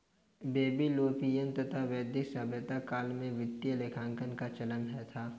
Babylonian तथा वैदिक सभ्यता काल में वित्तीय लेखांकन का चलन था